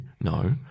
No